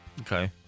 Okay